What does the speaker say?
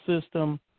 system